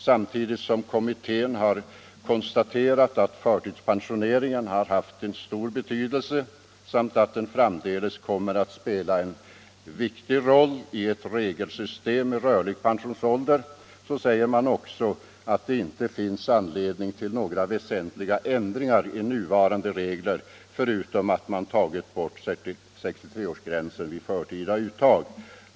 Samtidigt som kommittién har konstaterat att förtidspensioneringen har haft stor betydelse och framdeles kommer att spela en viktig roll i ett regelsystem med rörlig pensionsålder säger den också att det inte finns anledning att göra några väsentliga ändringar i nuvarande regler, förutom att man har tagit bort 63-årsgränsen vid förtida uttag.